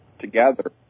together